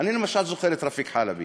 אני למשל זוכר את רפיק חלבי.